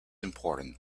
important